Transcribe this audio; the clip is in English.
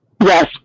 Yes